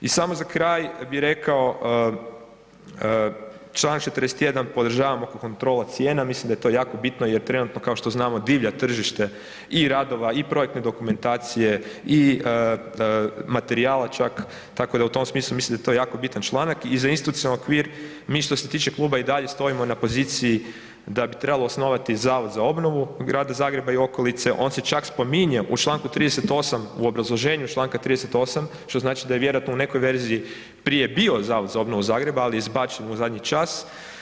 I samo za kraj bi rekao, čl. 41., podražavam oko kontrola cijena, mislim da je to jako bitno jer trenutno, kao što znamo, divlja tržite i radova i projektne dokumentacije i materijala čak, tako da u tom smislu, mislim da je to jako bitan članak i za institucionalni okvir, mi što se tiče kluba i dalje stojimo na poziciji da bi trebalo osnovati zavod za obnovu grada Zagreba i okolice, on se čak spominje u čl. 38. u obrazloženju čl. 38., što znači da je vjerojatno u nekoj verziji prije bio zavod za obnovu Zagreba, ali je izbačen u zadnji čas.